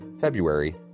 February